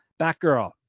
Batgirl